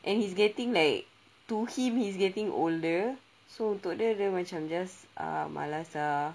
and he's getting like to him he is getting older so untuk dia dah macam just ah malas ah